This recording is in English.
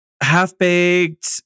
Half-baked